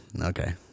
okay